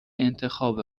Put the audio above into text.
انتخاب